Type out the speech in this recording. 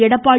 Edappadi